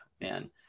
man